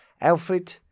Alfred